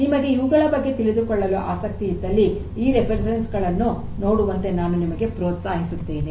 ನಿಮಗೆ ಇವುಗಳ ಬಗ್ಗೆ ತಿಳಿದುಕೊಳ್ಳಲು ಆಸಕ್ತಿ ಇದ್ದಲ್ಲಿ ಈ ಉಲ್ಲೇಖಗಳನ್ನು ನೋಡುವಂತೆ ನಾನು ನಿಮಗೆ ಪ್ರೋತ್ಸಾಹಿಸುತ್ತೇನೆ